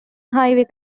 highway